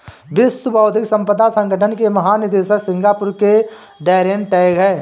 विश्व बौद्धिक संपदा संगठन के महानिदेशक सिंगापुर के डैरेन टैंग हैं